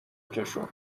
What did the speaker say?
کشوند